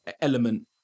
element